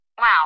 Wow